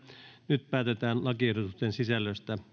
nyt päätetään lakiehdotusten sisällöstä